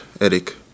Eric